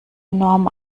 enorm